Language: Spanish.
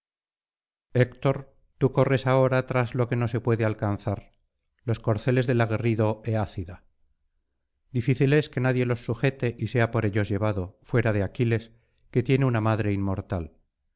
héctor tú corres ahora tras lo que no se puede alcanzar los corceles del aguerrido eácida difícil es que nadie los sujete y sea por ellos llevado fuera de aquiles que tiene una madre inmortal